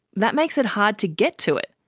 that makes it hard to get to it.